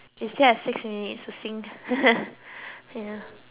you still have six minutes to sing ya